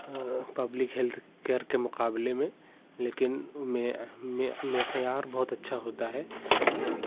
public health care کے مقابلے میں لیکن میعار بہت اچھا ہوتا ہے